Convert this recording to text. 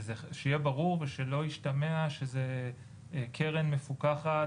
ושיהיה ברור ושלא ישתמע שזה קרן מפוקחת,